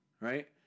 Right